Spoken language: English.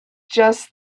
just